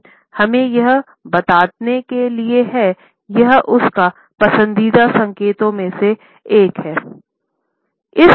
sign हमें यह बताने के है यह उसके पसंदीदा संकेतों में से एक है